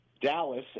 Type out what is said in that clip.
Dallas